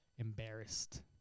embarrassed